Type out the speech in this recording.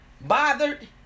bothered